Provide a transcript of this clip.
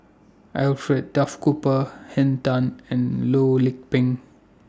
Alfred Duff Cooper Henn Tan and Loh Lik Peng